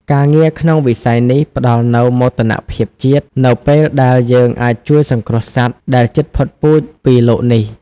ការងារក្នុងវិស័យនេះផ្តល់នូវមោទនភាពជាតិ នៅពេលដែលយើងអាចជួយសង្គ្រោះសត្វដែលជិតផុតពូជពីលោកនេះ។